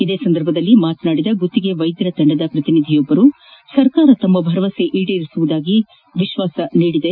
ಇದೇ ಸಂದರ್ಭದಲ್ಲಿ ಮಾತನಾದಿದ ಗುತ್ತಿಗೆ ವೈದ್ಯರ ತಂಡದ ಪ್ರತಿನಿಧಿಯೋರ್ವರು ಸರ್ಕಾರ ತಮ್ಮ ಭರವಸೆ ಈಡೇರಿಸುವ ವಿಶ್ವಾಸವಿದೆ